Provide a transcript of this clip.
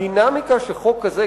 הדינמיקה של החוק הזה,